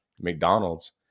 McDonald's